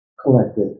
collected